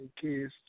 kids